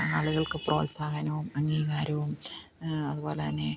ആളുകൾക്ക് പ്രോത്സാഹനവും അംഗീകാരവും അതുപോലെത്തന്നെ